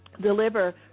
deliver